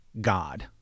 God